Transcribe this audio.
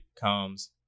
comes